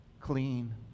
clean